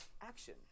action